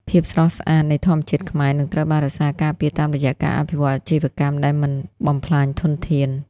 ភាពស្រស់ស្អាតនៃធម្មជាតិខ្មែរ នឹងត្រូវបានរក្សាការពារតាមរយៈការអភិវឌ្ឍអាជីវកម្មដែលមិនបំផ្លាញធនធាន។